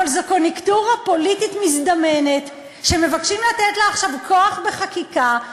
אבל זו קוניונקטורה פוליטית מזדמנת שמבקשים לתת לה עכשיו כוח בחקיקה,